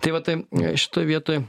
tai va taip šitoj vietoj